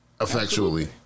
effectually